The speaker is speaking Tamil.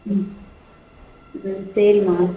ம் ம் சரிம்மா